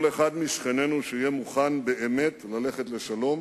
כל אחד משכנינו שיהיה מוכן באמת ללכת לשלום